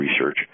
research